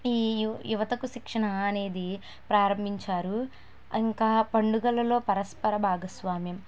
ఈ యు యువతకు శిక్షణ అనేది ప్రారంభించారు ఇంకా పండుగలలో పరస్పర భాగస్వామ్యం